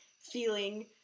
feeling